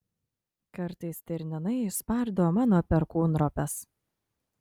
kartais stirninai išspardo mano perkūnropes